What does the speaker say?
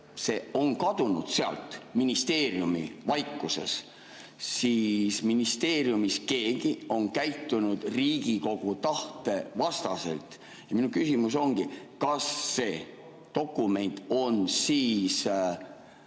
see on sealt ministeeriumi vaikuses kadunud, siis ministeeriumis on keegi käitunud Riigikogu tahte vastaselt. Ja minu küsimus ongi: kas see dokument on siis